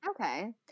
Okay